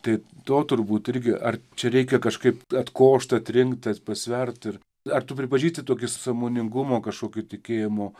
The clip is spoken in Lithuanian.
tai to turbūt irgi ar čia reikia kažkaip atkošt atrinkt at pasvert ir ar tu pripažįsti tokį sąmoningumo kažkokiu tikėjimo